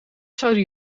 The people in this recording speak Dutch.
zouden